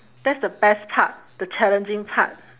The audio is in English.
that's the best part the challenging part